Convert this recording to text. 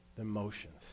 emotions